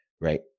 right